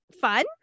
fun